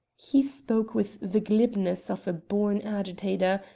he spoke with the glibness of a born agitator,